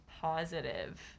positive